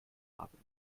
haben